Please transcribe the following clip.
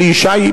אלי ישי,